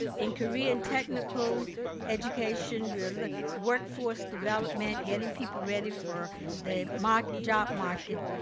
in korean technical education, we're looking workforce development, getting people ready for the mark job market,